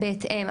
בהתאם.